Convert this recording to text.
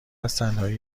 ازتنهایی